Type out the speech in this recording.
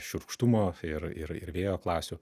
šiurkštumo ir ir ir vėjo klasių